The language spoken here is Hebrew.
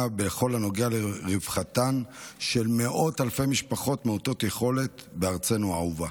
בכל הנוגע לרווחתן של מאות אלפי משפחות מעוטות יכולת בארצנו האהובה.